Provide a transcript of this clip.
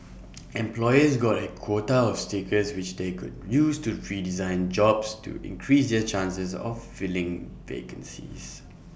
employers got A quota of stickers which they could use to redesign jobs to increase their chances of filling vacancies